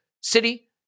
City